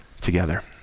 together